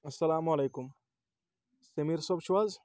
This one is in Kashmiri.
اَسَلام علیکُم سمیٖر صٲب چھُ حظ